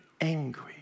angry